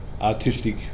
artistic